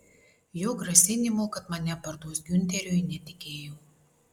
jo grasinimu kad mane parduos giunteriui netikėjau